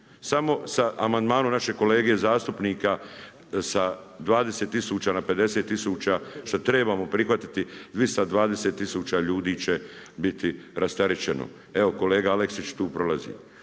Samo sa amandmanom našeg kolege zastupnika sa 20000 na 50000 što trebamo prihvatiti 220 tisuća ljudi će biti rasterećeno. Evo kolega Aleksić tu prolazi.